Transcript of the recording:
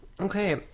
okay